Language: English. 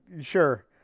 Sure